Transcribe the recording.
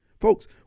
Folks